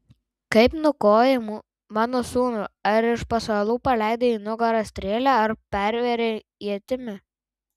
kaip nukovei mano sūnų ar iš pasalų paleidai į nugarą strėlę ar pervėrei ietimi